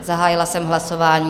Zahájila jsem hlasování.